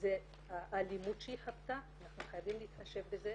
זה האלימות שהיא חוותה, אנחנו חייבים להתחשב בזה,